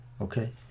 Okay